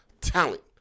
talent